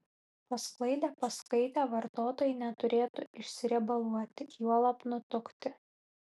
pasklaidę paskaitę vartotojai neturėtų išsiriebaluoti juolab nutukti